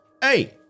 Hey